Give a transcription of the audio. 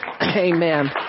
Amen